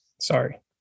Sorry